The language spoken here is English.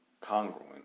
congruent